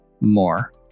more